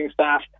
staff